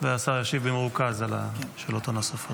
והשר ישיב במרוכז על השאלות הנוספות.